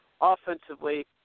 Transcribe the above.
Offensively